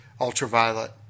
ultraviolet